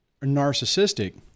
narcissistic